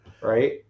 Right